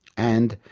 and,